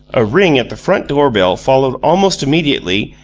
a ring at the front-door bell followed almost immediately,